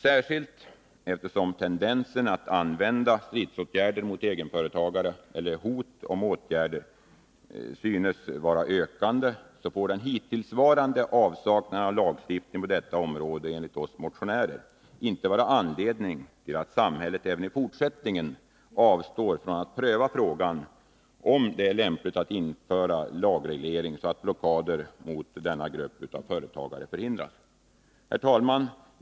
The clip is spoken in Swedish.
Särskilt eftersom tendensen att använda stridsåtgärder, eller hot om åtgärder, mot egenföretagare synes vara ökande, får den hittillsvarande avsaknaden av lagstiftning på detta område enligt oss motionärer inte vara anledning till att samhället även i fortsättningen avstår från att pröva frågan om det är lämpligt att införa lagreglering så att blockader mot denna grupp av företagare förhindras. Herr talman!